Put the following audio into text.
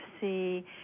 see